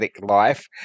life